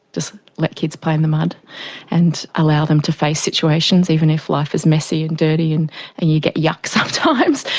just let kids play in the mud and allow them to face situations, even if life is messy and dirty and and you get yuk sometimes,